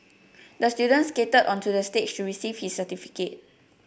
the student skated onto the stage to receive his certificate